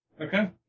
Okay